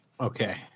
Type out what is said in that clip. Okay